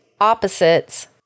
opposites